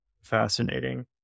fascinating